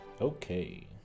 Okay